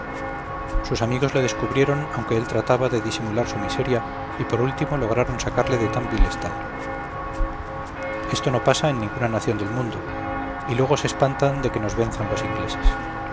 sus amigos le descubrieron aunque él trataba de disimular su miseria y por último lograron sacarle de tan vil estado esto no pasa en ninguna nación del mundo y luego se espantan de que nos venzan los ingleses